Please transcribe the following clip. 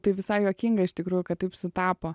tai visai juokinga iš tikrųjų kad taip sutapo